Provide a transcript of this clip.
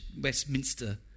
Westminster